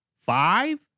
Five